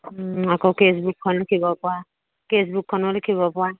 আকৌ কেচবুকখন লিখিব পৰা কেচবুকখনো লিখিব পৰা